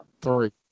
Three